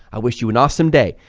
i wish you an awesome day.